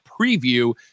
preview